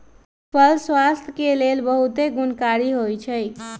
फल स्वास्थ्य के लेल बहुते गुणकारी होइ छइ